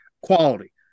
quality